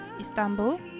Istanbul